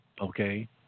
okay